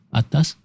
atas